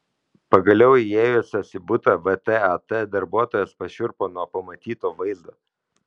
pagaliau įėjusios į butą vtat darbuotojos pašiurpo nuo pamatyto vaizdo